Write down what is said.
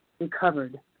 recovered